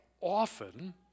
often